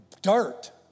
dirt